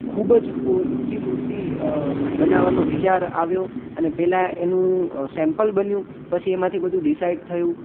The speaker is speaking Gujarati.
ખૂબ જ ઊંચી મૂર્તિ બનાવાનો વિચાર આવ્યો અને પહેલાં એનું સેમ્પલ બન્યું અને પછી એમાંથી બધું ડિસાઇડ થયું